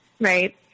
right